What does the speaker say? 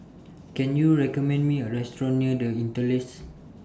Can YOU recommend Me A Restaurant near The Interlace